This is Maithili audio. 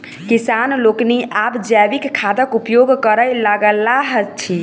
किसान लोकनि आब जैविक खादक उपयोग करय लगलाह अछि